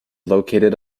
located